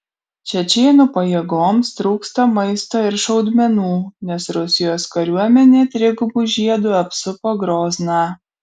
čečėnų pajėgoms trūksta maisto ir šaudmenų nes rusijos kariuomenė trigubu žiedu apsupo grozną